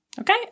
Okay